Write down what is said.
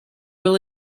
will